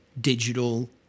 digital